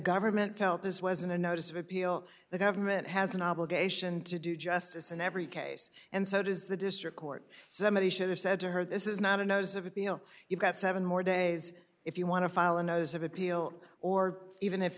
government felt this was a notice of appeal the government has an obligation to do justice in every case and so does the district court somebody should have said to her this is not a notice of appeal you've got seven more days if you want to file a notice of appeal or even if